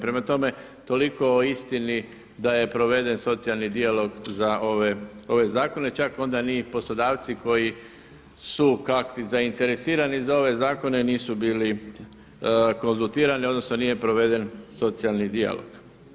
Prema tome, toliko o istini da je proveden socijalni dijalog za ove zakone, čak onda ni poslodavci koji su kakti zainteresirani za ove zakone nisu bili konzultirani odnosno nije proveden socijalni dijalog.